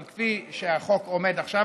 אבל כפי שהחוק עומד עכשיו,